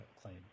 claim